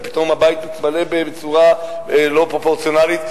כי פתאום הבית מתמלא בצורה לא פרופורציונלית,